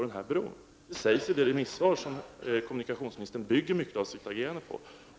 Det sä ger man i det remissvar som kommunikationsministern bygger mycket av sitt agerande på.